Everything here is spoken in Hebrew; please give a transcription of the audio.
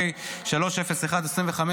פ/301/25,